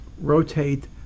rotate